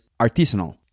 artisanal